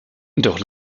doch